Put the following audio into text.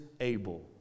able